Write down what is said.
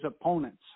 opponents